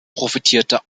profitierte